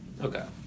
Okay